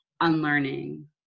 unlearning